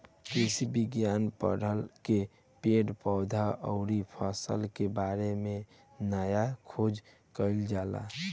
कृषि विज्ञान पढ़ के पेड़ पौधा अउरी फसल के बारे में नया खोज कईल जाला